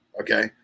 okay